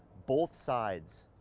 both sides